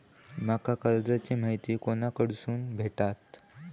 माका कर्जाची माहिती कोणाकडसून भेटात?